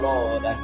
Lord